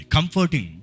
Comforting